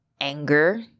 anger